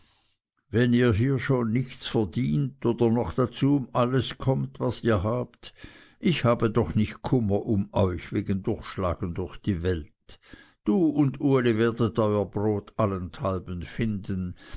wenn ihr hier schon nichts verdient oder noch dazu um alles kommt was ihr habt ich habe doch nicht kummer um euch wegen durchschlagen durch die welt du und uli werden ihr brot allenthalben finden